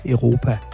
Europa